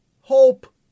hope